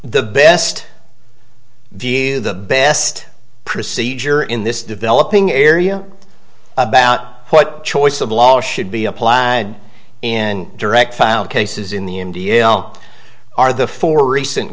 the best view the best procedure in this developing area about what choice of law should be applied in direct found cases in the indio are the four recent